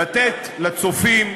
לתת לצופים,